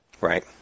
Right